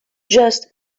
just